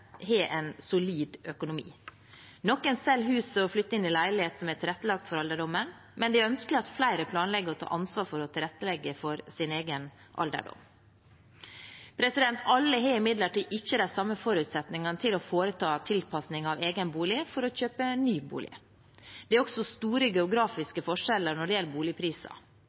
har en solid økonomi. Noen selger huset og flytter inn i leilighet som er tilrettelagt for alderdommen, men det er ønskelig at flere planlegger å ta ansvar for å tilrettelegge for sin egen alderdom. Alle har imidlertid ikke de samme forutsetningene til å foreta tilpasning av egen bolig eller å kjøpe ny bolig. Det er også store geografiske forskjeller når det gjelder boligpriser.